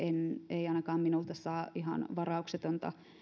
ei ainakaan minulta saa ihan varauksetonta